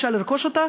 ואפשר לרכוש אותה,